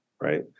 right